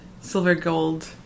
silver-gold